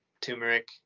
turmeric